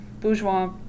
bourgeois